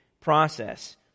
process